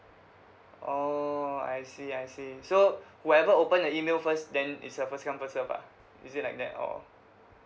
orh I see I see so whoever open the email first then it's a first come first serve ah is it like that or